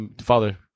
father